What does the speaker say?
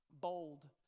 bold